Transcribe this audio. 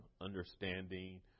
Understanding